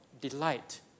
delight